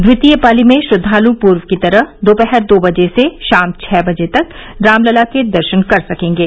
द्वितीय पाली में श्रद्वालु पूर्व की तरह दोपहर दो बजे से शाम छः बजे तक रामलला के दर्शन कर सकेंगे